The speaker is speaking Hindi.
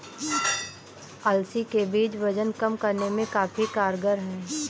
अलसी के बीज वजन कम करने में काफी कारगर है